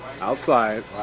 Outside